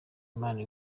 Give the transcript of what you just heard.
imana